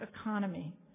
economy